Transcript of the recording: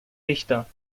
dichter